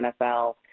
NFL